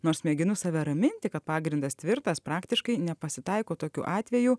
nors mėginu save raminti kad pagrindas tvirtas praktiškai nepasitaiko tokių atvejų